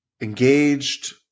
engaged